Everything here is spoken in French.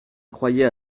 croyais